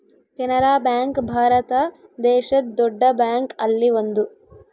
Canara bank Bharat ದೇಶದ್ ದೊಡ್ಡ bank ಅಲ್ಲಿ ಒಂದು